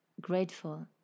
grateful